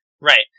right